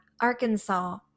Arkansas